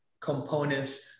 components